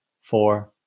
four